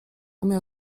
umiał